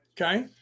Okay